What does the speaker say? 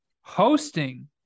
hosting